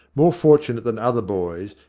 more fortunate than other boys,